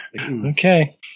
Okay